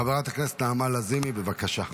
חברת הכנסת נעמה לזימי, בבקשה.